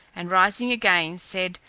and rising again, said,